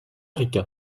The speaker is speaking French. rica